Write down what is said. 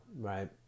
right